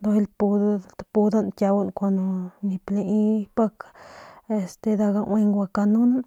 bijiy lapudan kiaugun kun nip lai pik nda gaueng guakanunan.